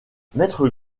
maître